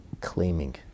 claiming